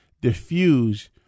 diffuse